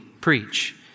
preach